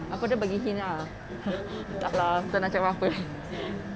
aku dia bagi fitnah tak nak cakap apa-apa